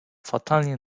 fatalnie